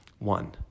One